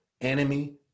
enemy